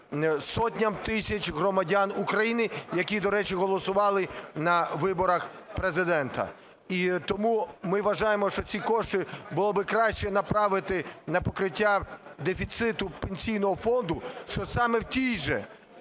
сотням тисяч громадян України, які, до речі, голосували на виборах Президента. І тому ми вважаємо, що ці кошти було би краще направити на покриття дефіциту Пенсійного фонду, щоб саме в тій же